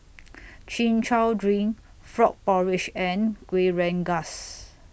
Chin Chow Drink Frog Porridge and Kueh Rengas